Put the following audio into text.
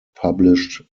published